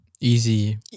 Easy